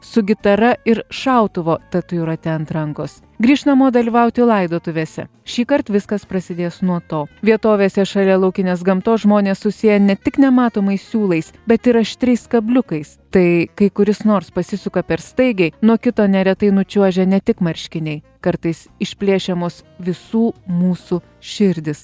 su gitara ir šautuvo tatuiruote ant rankos grįš namo dalyvauti laidotuvėse šįkart viskas prasidės nuo to vietovėse šalia laukinės gamtos žmonės susiję ne tik nematomais siūlais bet ir aštriais kabliukais tai kai kuris nors pasisuka per staigiai nuo kito neretai nučiuožia ne tik marškiniai kartais išplėšiamos visų mūsų širdys